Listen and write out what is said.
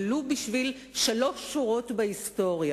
ולו בשביל שלוש שורות בהיסטוריה.